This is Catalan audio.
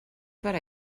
per